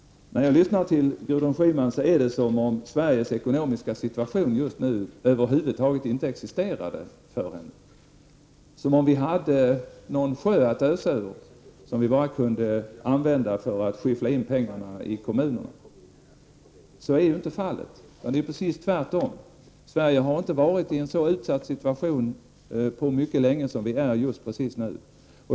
När jag lyssnar till Gudrun Schyman uppfattar jag det som om Sveriges nuvarande ekonomiska situation över huvud taget inte existerar för henne, som om vi hade en sjö att ösa ur och bara kunde skyffla in pengarna i kommunerna. Så är inte fallet. Det är precis tvärtom. Sverige har inte varit i en sådan utsatt situation på mycket länge som den vi är i precis nu.